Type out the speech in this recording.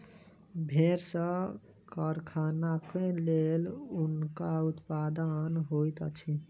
भेड़ सॅ कारखानाक लेल ऊनक उत्पादन होइत अछि